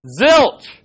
Zilch